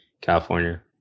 California